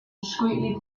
discreetly